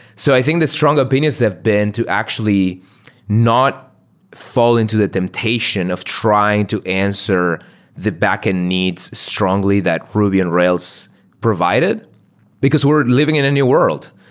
so i think the strong opinions have been to actually not fall into the temptation of trying to answer the backend needs strongly that ruby on rails provided because we're living in a new world.